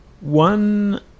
one